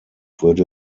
würde